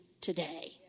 today